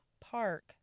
park